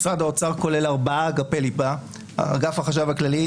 משרד האוצר כולל ארבעה אגפי ליבה: אגף החשב הכללי,